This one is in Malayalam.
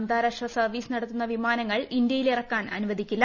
അന്താരാഷ്ട്ര സർവ്വീസ് നടത്തുന്ന വിമാനങ്ങൾ ഇന്ത്യയിൽ ഇറങ്ങാൻ അനുവദിക്കില്ല